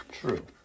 True